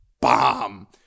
bomb